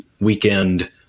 weekend